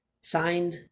Signed